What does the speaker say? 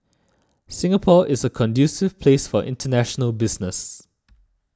Singapore is a conducive place for international business